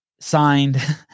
signed